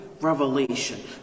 revelation